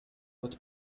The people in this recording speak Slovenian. kot